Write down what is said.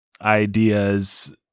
ideas